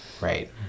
right